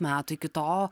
metų iki to